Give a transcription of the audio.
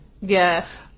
Yes